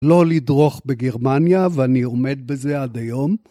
לא לדרוך בגרמניה ואני עומד בזה עד היום